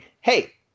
hey